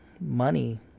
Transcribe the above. money